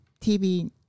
TV